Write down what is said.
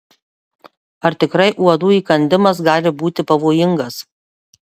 ar tikrai uodų įkandimas gali būti pavojingas